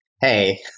Hey